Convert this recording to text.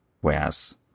whereas